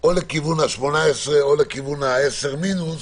או לכיוון ה-18 או לכיוון ה-10 מינוס